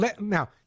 Now